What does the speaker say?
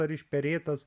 ar išperėtas